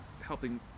helping